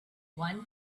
one